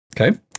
Okay